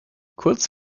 kurz